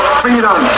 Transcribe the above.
freedom